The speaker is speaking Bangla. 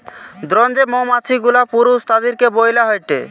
দ্রোন যেই মৌমাছি গুলা পুরুষ তাদিরকে বইলা হয়টে